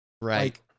Right